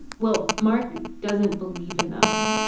well, mark doesn't believe in them,